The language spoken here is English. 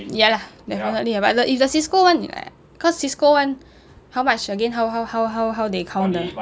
ya lah definitely ah but the is the CISCO one like cause CISCO [one] how much again how how how how they count the